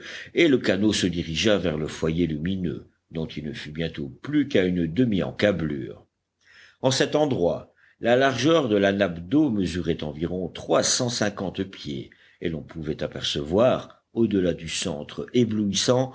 et le canot se dirigea vers le foyer lumineux dont il ne fut bientôt plus qu'à une demi-encablure en cet endroit la largeur de la nappe d'eau mesurait environ trois cent cinquante pieds et l'on pouvait apercevoir au delà du centre éblouissant